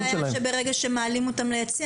אז מה הבעיה שברגע שמעלים אותם ליציע